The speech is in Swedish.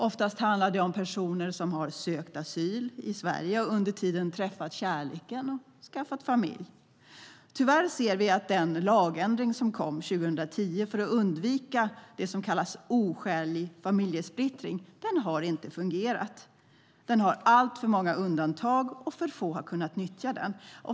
Oftast handlar det om personer som sökt asyl i Sverige och under tiden träffat kärleken och skaffat familj. Tyvärr ser vi att den lagändring som kom 2010 för att undvika det som kallas oskälig familjesplittring inte har fungerat. Den har alltför många undantag, och allt för få har kunnat nyttja den.